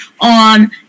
on